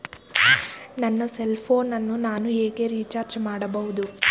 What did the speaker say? ನನ್ನ cell phone ಅನ್ನು ನಾನು ಹೇಗೆ ರಿಚಾರ್ಜ್ ಮಾಡಬಹುದು?